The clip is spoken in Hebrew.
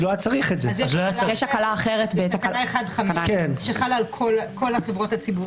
אז יש הקלה אחרת שחלה על כל החברות הציבוריות.